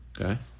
okay